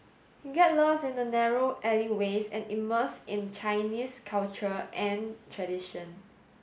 get lost in the narrow alleyways and immerse in Chinese culture and tradition